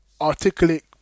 articulate